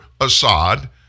Assad